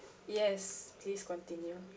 yes please continue